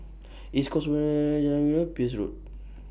East Coast Peirce Road